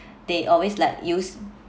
they always like use